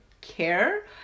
care